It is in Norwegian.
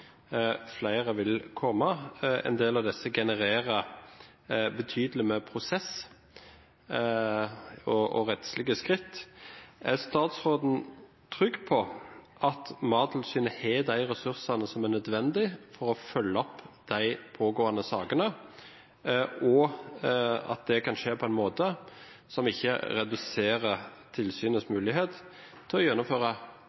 flere vil komme, og en del av disse genererer betydelige prosesser og rettslige skritt – er statsråden trygg på at Mattilsynet har de ressursene som er nødvendige for å følge opp de pågående sakene på en måte som ikke reduserer tilsynets mulighet til å gjennomføre